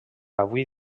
avui